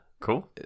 Cool